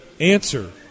Answer